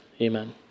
Amen